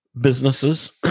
businesses